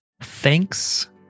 thanks